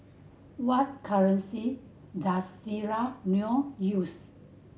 what currency does Sierra Leone use